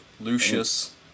Lucius